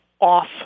off